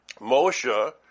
Moshe